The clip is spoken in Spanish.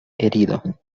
herido